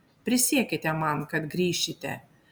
prisiekite man kad grįšite